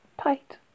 tight